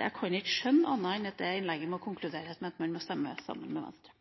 Jeg kan ikke skjønne annet enn at det innlegget må konkludere med at man må stemme sammen med Venstre.